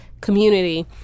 community